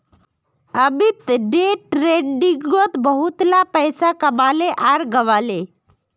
Amit day ट्रेडिंगत बहुतला पैसा कमाले आर गंवाले